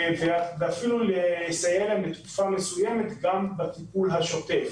אפילו לסייע להן בתקופה מסוימת גם בטיפול השוטף.